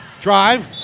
Drive